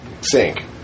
sink